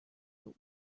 but